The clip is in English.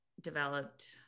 developed